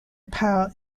par